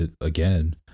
again